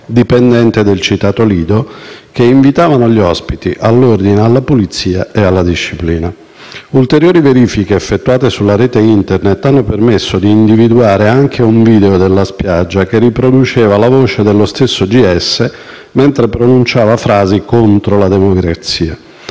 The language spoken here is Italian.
dipendente del citato lido, che invitavano gli ospiti all'ordine, alla pulizia e alla disciplina. Ulteriori verifiche effettuate sulla rete Internet hanno permesso di individuare anche un video della spiaggia, che riproduceva la voce dello stesso Scarpa mentre pronunciava frasi contro la democrazia.